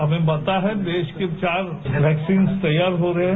हमें पता है देश के चार वैक्सीन्स तैयार हो रहे हैं